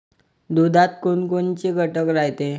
दुधात कोनकोनचे घटक रायते?